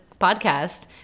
podcast